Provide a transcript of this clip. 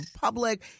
public